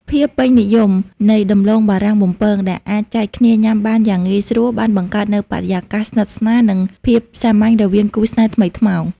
ភាពពេញនិយមនៃដំឡូងបារាំងបំពង ដែលអាចចែកគ្នាញ៉ាំបានយ៉ាងងាយស្រួល បានបង្កើតនូវបរិយាកាសស្និទ្ធស្នាល និងភាពសាមញ្ញរវាងគូស្នេហ៍ថ្មីថ្មោង។